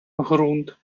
грунт